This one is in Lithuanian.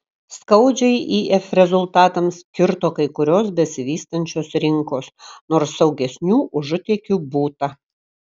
skaudžiai if rezultatams kirto kai kurios besivystančios rinkos nors saugesnių užutėkių būta